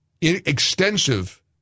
extensive